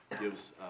gives